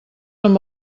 amb